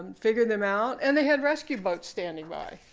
and figure them out. and they had rescue boats standing by.